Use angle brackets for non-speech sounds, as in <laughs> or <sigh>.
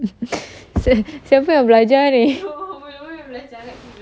<laughs> sia~ siapa yang belajar ni